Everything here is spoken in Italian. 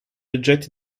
oggetti